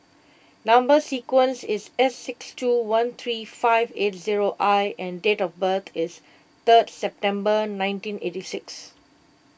Number Sequence is S six two one three five eight zero I and date of birth is third September nineteen eighty six